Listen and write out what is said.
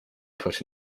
put